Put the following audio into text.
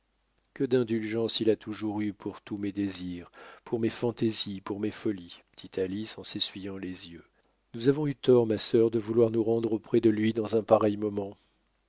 que d'indulgence il a toujours eue pour tous mes désirs pour mes fantaisies pour mes folies dit alice en s'essuyant les yeux nous avons eu tort ma sœur de vouloir nous rendre auprès de lui dans un pareil moment